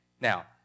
Now